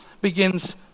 begins